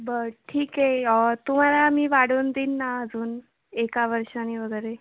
बर ठीक आहे तुम्हाला मी वाढवून देईन ना अजून एका वर्षानी वगैरे